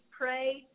pray